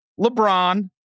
LeBron